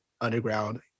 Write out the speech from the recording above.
underground